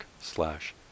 slash